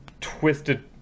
twisted